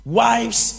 wives